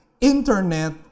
internet